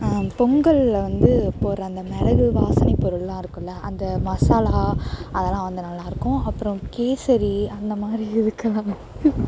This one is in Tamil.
பொங்கல்ல வந்து போடுற அந்த மிளகு வாசனை பொருள்லாம் இருக்கும்ல அந்த மசாலா அதெலாம் வந்து நல்லாயிருக்கும் அப்புறம் கேசரி அந்தமாதிரி இருக்கிற